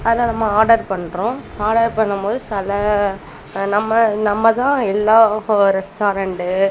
அதில நம்ம ஆடர் பண்ணுறோம் ஆடர் பண்ணும் போது சில நம்ம நம்ம தான் எல்லா ஹோ ரெஸ்ட்டாரெண்டு